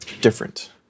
different